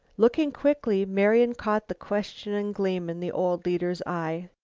looking quickly, marian caught the questioning gleam in the old leader's eye.